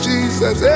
Jesus